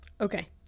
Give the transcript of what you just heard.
Okay